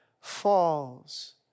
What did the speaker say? falls